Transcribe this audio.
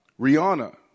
Rihanna